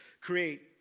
create